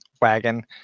wagon